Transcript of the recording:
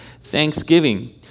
thanksgiving